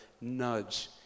nudge